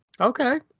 Okay